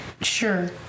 sure